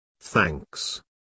Thanks